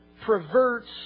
perverts